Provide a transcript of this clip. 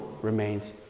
remains